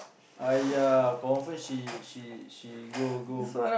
!aiya! confirm she she she go go